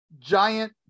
giant